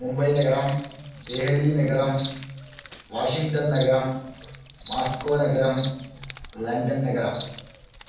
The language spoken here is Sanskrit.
मुम्बैनगरम् देहलीनगरं वाशिङ्ग्टन्नगरं मास्कोनगरं लण्डन्नगरम्